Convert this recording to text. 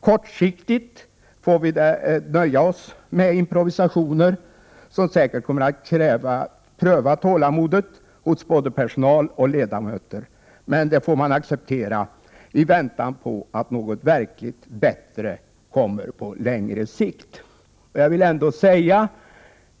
Kortsiktigt får vi nöja oss med improvisationer, som säkerligen kommer att pröva tålamodet hos både personal och ledamöter. Det får man acceptera i väntan på att något verkligt bättre kommer på längre sikt.